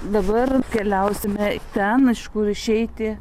dabar keliausime ten iš kur išeiti